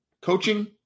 coaching